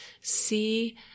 see